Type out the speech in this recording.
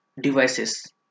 devices